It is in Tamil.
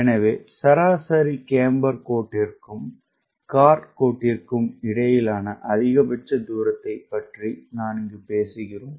எனவே சராசரி கேம்பர் கோட்டிற்கும் கார்ட் கோட்டிற்கும் இடையிலான அதிகபட்ச தூரத்தைப் பற்றி பேசுகிறோம்